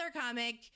comic